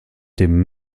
dem